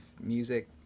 music